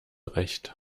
recht